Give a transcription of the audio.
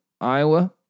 Iowa